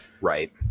Right